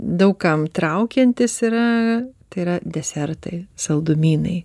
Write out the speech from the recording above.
daug kam traukiantis yra tai yra desertai saldumynai